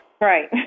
Right